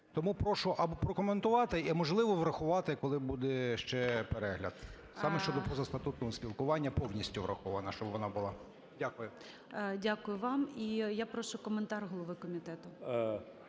Тому прошу або прокоментувати, а можливо, врахувати, коли буде ще перегляд, саме щодо позастатутного спілкування, повністю врахована щоб вона була. Дякую. ГОЛОВУЮЧИЙ. Дякую вам. І я прошу коментар голови комітету.